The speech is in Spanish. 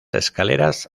escaleras